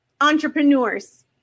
entrepreneurs